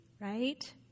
right